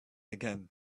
again